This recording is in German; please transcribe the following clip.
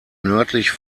nördlich